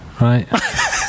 right